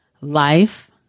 life